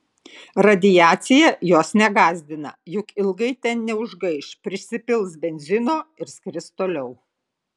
radiacija jos negąsdina juk ilgai ten neužgaiš prisipils benzino ir skris toliau